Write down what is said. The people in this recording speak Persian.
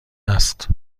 است